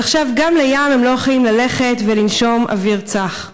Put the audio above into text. אז עכשיו גם לים הם לא יכולים ללכת ולנשום אוויר צח.